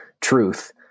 truth